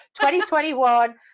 2021